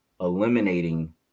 eliminating